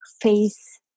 face